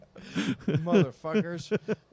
Motherfuckers